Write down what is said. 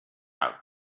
out